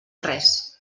res